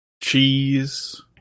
cheese